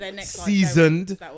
seasoned